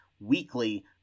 weekly